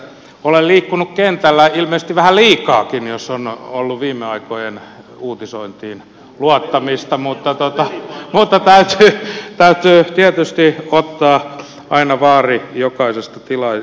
olen liikkunut kentällä ilmeisesti vähän liikaakin jos on ollut viime aikojen uutisointiin luottamista mutta täytyy tietysti ottaa aina vaari jokaisesta tilaisuudesta